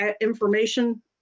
information